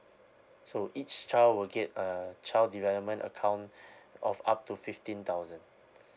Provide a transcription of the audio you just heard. so each child will get a child development account of up to fifteen thousand